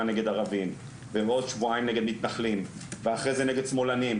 נגד ערבים ובעוד שבועיים נגד מתנחלים ואחרי זה נגד שמאלנים,